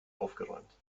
aufgeräumt